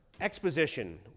exposition